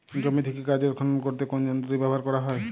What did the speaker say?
জমি থেকে গাজর খনন করতে কোন যন্ত্রটি ব্যবহার করা হয়?